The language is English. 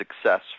success